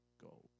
go